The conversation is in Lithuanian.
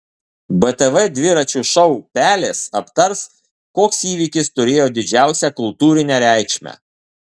btv dviračio šou pelės aptars koks įvykis turėjo didžiausią kultūrinę reikšmę